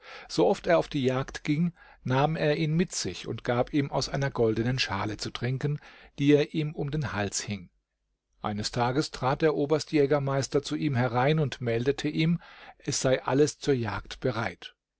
so oft er auf die jagd ging nahm er ihn mit sich und gab ihm aus einer goldenen schale zu trinken die er ihm um den hals hing eines tages trat der oberstjägermeister zu ihm herein und meldete ihm es sei alles zur jagd bereit